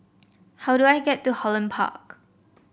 how do I get to Holland Park